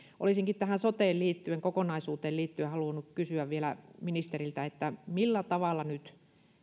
olisinkin tähän soten kokonaisuuteen liittyen halunnut kysyä vielä ministeriltä millä tavalla nyt